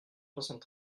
soixante